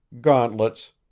gauntlets